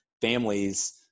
families